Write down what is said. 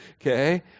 okay